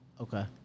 okay